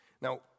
Now